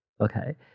okay